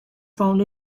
found